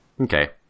Okay